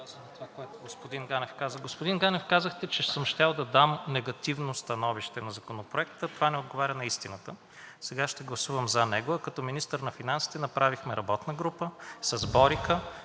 каза. Господин Ганев, казахте, че съм щял да дам негативно становище на Законопроекта. Това не отговаря на истината. Сега ще гласувам за него, а като министър на финансите направихме работна група с БОРИКА,